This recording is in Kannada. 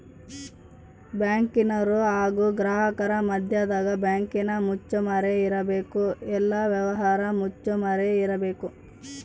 ಬ್ಯಾಂಕಿನರು ಹಾಗು ಗ್ರಾಹಕರ ಮದ್ಯದಗ ಬ್ಯಾಂಕಿನ ಮುಚ್ಚುಮರೆ ಇರಬೇಕು, ಎಲ್ಲ ವ್ಯವಹಾರ ಮುಚ್ಚುಮರೆ ಇರಬೇಕು